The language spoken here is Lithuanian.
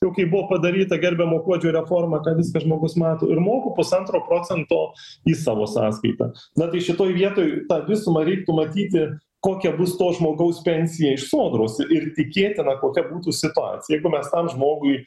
jau kai buvo padaryta gerbiamo kuodžio reforma ką viską žmogus mato ir moku pusantro procento į savo sąskaitą na tai šitoj vietoj tą visumą reiktų matyti kokia bus to žmogaus pensija iš sodros ir tikėtina kokia būtų situacija jeigu mes tam žmogui